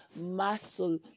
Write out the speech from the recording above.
muscle